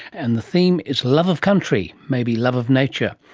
and the theme is love of country, maybe love of nature.